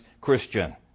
Christian